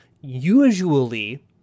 usually